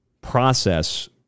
process